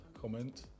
comment